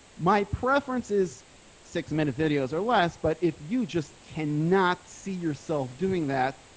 my preference is six minute videos or less. but if you just cannot see yourself doing that,